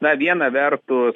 na vieną vertus